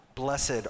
Blessed